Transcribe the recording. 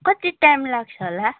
कति टाइम लाग्छ होला